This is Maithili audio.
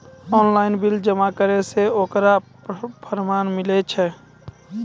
ऑनलाइन बिल जमा करला से ओकरौ परमान मिलै छै?